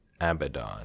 Abaddon